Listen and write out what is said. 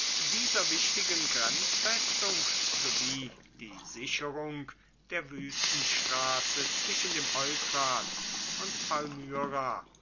dieser wichtigen grenzfestung sowie die sicherung der wüstenstraße zwischen dem euphrat und